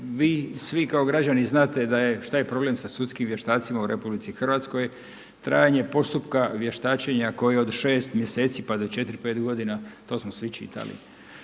vi svi kao građani znate šta je problem sa sudskim vještacima u RH. Trajanje postupka vještačenja koje od 6 mjeseci pa do 4, 5 godina to smo svi čitali.